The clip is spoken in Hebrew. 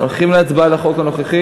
הולכים להצבעה על החוק הנוכחי?